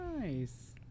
Nice